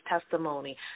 testimony